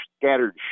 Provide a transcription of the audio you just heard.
scattered